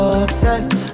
obsessed